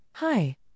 Hi